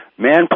Man